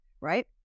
right